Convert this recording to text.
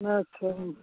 ᱟᱪᱪᱷᱟ